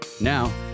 Now